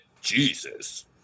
Jesus